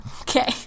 Okay